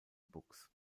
books